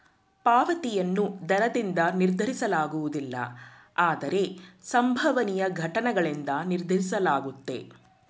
ಪಾವತಿಯನ್ನು ದರದಿಂದ ನಿರ್ಧರಿಸಲಾಗುವುದಿಲ್ಲ ಆದ್ರೆ ಸಂಭವನೀಯ ಘಟನ್ಗಳಿಂದ ನಿರ್ಧರಿಸಲಾಗುತ್ತೆ